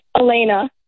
Elena